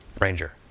Ranger